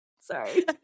Sorry